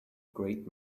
great